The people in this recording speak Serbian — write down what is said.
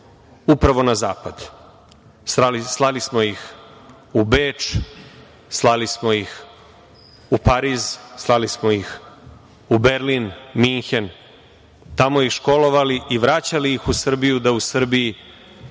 upravo na zapad. Slali smo ih u Beč, slali smo ih u Pariz, slali smo ih u Berlin, Minhen, tamo ih školovali i vraćali ih u Srbiju da u Srbiji